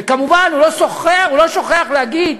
וכמובן הוא לא שוכח להגיד: